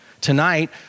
Tonight